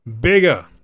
bigger